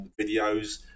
videos